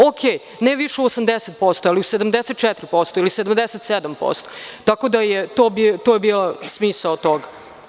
Okej, ne više od 80%, ali 74% ili 77%, tako da je to bio smisao toga.